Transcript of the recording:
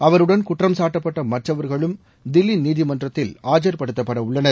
அவருடன் குற்றம்சாட்டப்பட்ட மற்றவர்களும் தில்லி நீதிமன்றத்தில் ஆஜர்ப்படுத்தப்படவுள்ளனர்